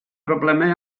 broblemau